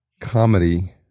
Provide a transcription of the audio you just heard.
comedy